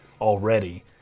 already